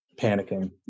Panicking